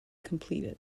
completed